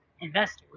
investors